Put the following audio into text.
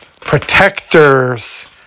protectors